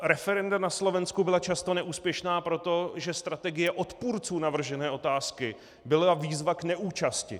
Referenda na Slovensku byla často neúspěšná proto, že strategie odpůrců navržené otázky byla výzva k neúčasti.